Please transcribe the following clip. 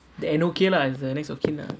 then okay lah as a next of kin ah